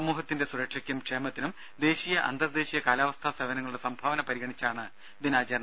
സമൂഹത്തിന്റെ സുരക്ഷയ്ക്കും ക്ഷേമത്തിനും ദേശീയ അന്തർദേശീയ കാലാവസ്ഥാ സേവനങ്ങളുടെ സംഭാവന പരിഗണിച്ചാണ് ദിനാചരണം